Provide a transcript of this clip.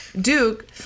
Duke